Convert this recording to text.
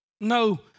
No